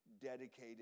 dedicated